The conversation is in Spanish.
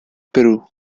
perú